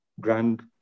grand